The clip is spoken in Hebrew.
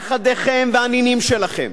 נכדיכם והנינים שלכם.